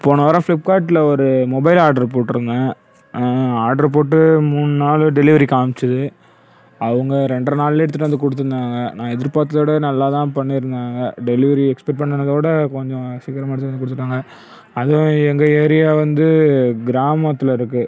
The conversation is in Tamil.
போன வாரம் ஃபிளிப்கார்ட்டில் ஒரு மொபைல் ஆர்டர் போட்டிருந்தேன் ஆர்டர் போட்டு மூணு நாளு டெலிவரி காமிச்சுது அவங்க ரெண்ட்ரை நாள்லேயே எடுத்துட்டு வந்து கொடுத்துருந்தாங்க நான் எதிர்பார்த்தத விட நல்லா தான் பண்ணியிருந்தாங்க டெலிவரி எக்ஸ்பெக்ட் பண்ணுனதை விட கொஞ்சம் சீக்கிரமாக எடுத்துட்டு வந்து கொடுத்துருந்தாங்க அதுவும் எங்கள் ஏரியா வந்து கிராமத்தில் இருக்குது